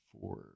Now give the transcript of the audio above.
four